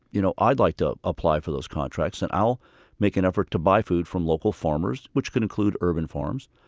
you know i'd like to apply for those contracts. and i'll make an effort to buy food from local farmers, which can include urban farms.